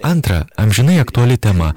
antra amžinai aktuali tema